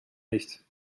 nicht